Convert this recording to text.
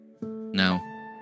Now